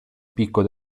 picco